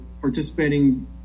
participating